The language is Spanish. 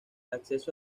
acceso